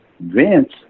Vince